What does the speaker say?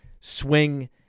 swing